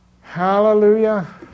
Hallelujah